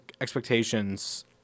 expectations